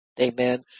amen